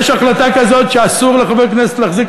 יש החלטה כזאת שאסור לחבר כנסת להחזיק